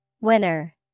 Winner